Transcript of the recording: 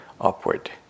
upward